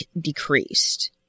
decreased